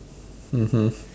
mmhmm